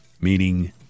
meaning